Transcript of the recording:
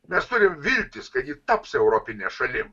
mes turime viltis kad ji taps europine šalim